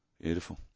Beautiful